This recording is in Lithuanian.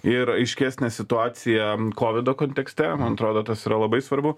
ir aiškesnė situacija kovido kontekste man atrodo tas yra labai svarbu